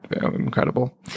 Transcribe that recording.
incredible